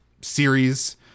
series